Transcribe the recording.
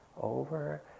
over